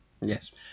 Yes